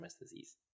disease